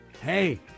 hey